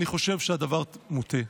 אני חושב שהדבר מוטעה.